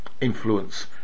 influence